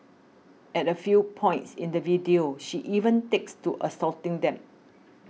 at a few points in the video she even takes to assaulting them